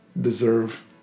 deserve